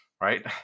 right